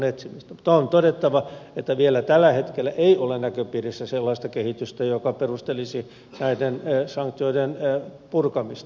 mutta on todettava että vielä tällä hetkellä ei ole näköpiirissä sellaista kehitystä joka perustelisi näiden sanktioiden purkamista